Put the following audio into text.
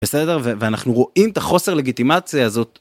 בסדר ואנחנו רואים את החוסר הלגיטימציה הזאת.